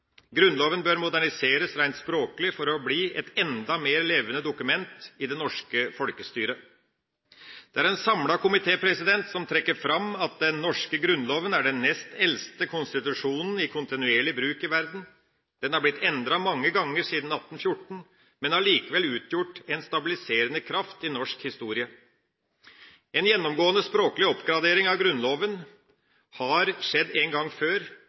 Grunnloven bør moderniseres rent språklig for å bli et enda mer levende dokument i det norske folkestyret. En samlet komité trekker fram at den norske Grunnloven er verdens nest eldste konstitusjonen i kontinuerlig bruk. Den har blitt endret mange ganger siden 1814, men har likevel utgjort en stabiliserende kraft i norsk historie. En gjennomgående språklig oppgradering av Grunnloven har skjedd én gang før,